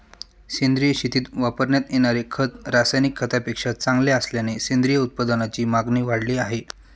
सेंद्रिय शेतीत वापरण्यात येणारे खत रासायनिक खतांपेक्षा चांगले असल्याने सेंद्रिय उत्पादनांची मागणी वाढली आहे